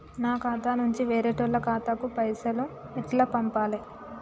నా ఖాతా నుంచి వేరేటోళ్ల ఖాతాకు పైసలు ఎట్ల పంపాలే?